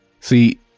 see